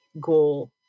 goal